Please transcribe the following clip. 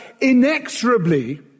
inexorably